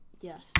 yes